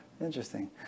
Interesting